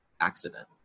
accident